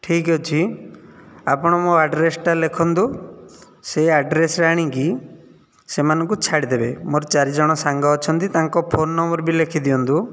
ଠିକ ଅଛି ଆପଣ ମୋ ଆଡ଼୍ରେସଟା ଲେଖନ୍ତୁ ସେ ଆଡ଼୍ରେସରେ ଆଣିକି ସେମାନଙ୍କୁ ଛାଡ଼ି ଦେବେ ମୋର ଚାରି ଜଣ ସାଙ୍ଗ ଅଛନ୍ତି ତାଙ୍କ ଫୋନ ନମ୍ବର ବି ଲେଖିଦିଅନ୍ତୁ